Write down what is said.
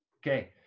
Okay